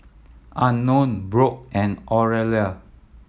Unknown Brock and Orelia